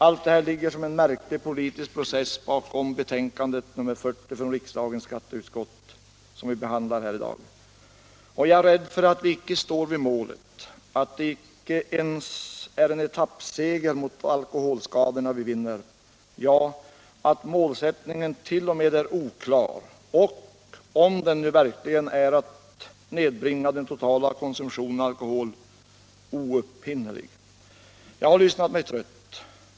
Allt detta ligger som en märklig politisk process bakom skatteutskottets betänkande nr 40 som vi behandlar i dag. Och jag är rädd för att vi inte står vid målet, att det inte ens är en etappseger mot alkoholskadorna vi vinner och att målsättningen t.o.m. är oklar. Om målsättningen verkligen är att nedbringa den totala konsumtionen av alkohol, är den oupphinnelig. Jag har lyssnat mig trött.